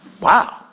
Wow